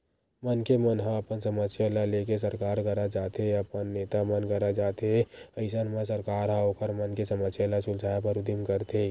मनखे मन ह अपन समस्या ल लेके सरकार करा जाथे अपन नेता मन करा जाथे अइसन म सरकार ह ओखर मन के समस्या ल सुलझाय बर उदीम करथे